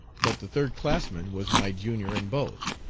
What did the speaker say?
but the third-classman was my junior in both,